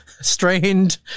strained